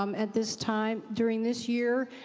um at this time, during this year,